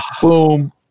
boom